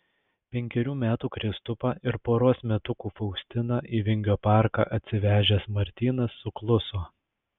penkerių metų kristupą ir poros metukų faustiną į vingio parką atsivežęs martynas sukluso